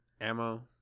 ammo